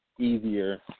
Easier